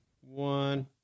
One